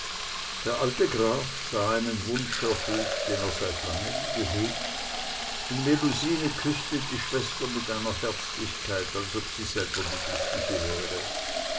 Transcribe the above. der alte graf sah einen wunsch erfüllt den er seit lange gehegt und melusine küßte die schwester mit einer herzlichkeit als ob sie selber die glückliche wäre